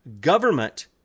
government